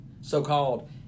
so-called